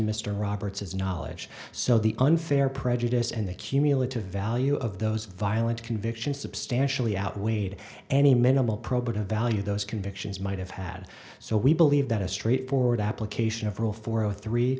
mr roberts as knowledge so the unfair prejudice and the cumulative value of those violent convictions substantially outweighed any minimal probative value those convictions might have had so we believe that a straightforward application of rule four